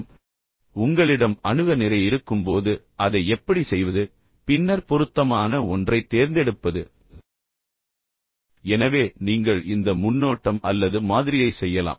இப்போது உங்களிடம் அணுக நிறைய இருக்கும்போது அதை எப்படி செய்வது பின்னர் பொருத்தமான ஒன்றைத் தேர்ந்தெடுப்பது எனவே நீங்கள் இந்த முன்னோட்டம் அல்லது மாதிரியை செய்யலாம்